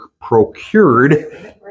procured